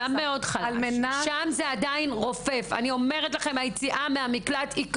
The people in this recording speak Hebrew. שם זה עדיין רופף, היציאה מהמקלט היא קשה.